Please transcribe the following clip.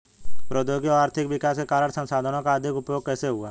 प्रौद्योगिक और आर्थिक विकास के कारण संसाधानों का अधिक उपभोग कैसे हुआ है?